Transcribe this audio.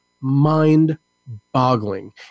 mind-boggling